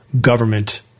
government